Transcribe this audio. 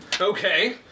Okay